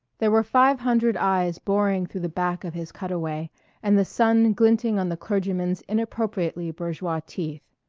there were five hundred eyes boring through the back of his cutaway and the sun glinting on the clergyman's inappropriately bourgeois teeth.